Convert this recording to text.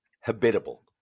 habitable